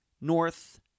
north